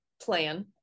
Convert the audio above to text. plan